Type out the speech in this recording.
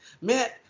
man